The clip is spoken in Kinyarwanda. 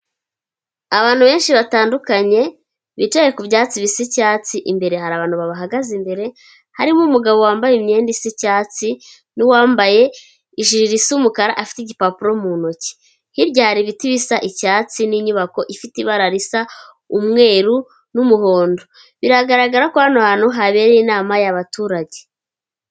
Abantu benshi batandukanye bicaye ku byatsi bisa icyatsi, imbere hari abantu babahagaze imbere; hari umugabo wambaye imyenda isa icyatsi n'uwambaye ijiri isa umukara; afite igipapuro mu ntoki, hirya hari ibiti bisa icyatsi n'inyubako ifite ibara risa umweru n'umuhondo biragaragara ko hano hantu habereye inama y'abaturage.